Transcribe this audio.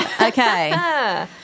Okay